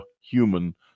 human